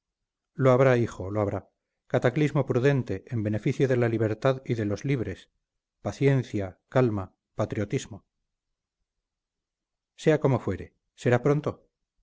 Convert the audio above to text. lo habrá hijo lo habrá cataclismo prudente en beneficio de la libertad y de loslibres paciencia calma patriotismo sea como fuere será pronto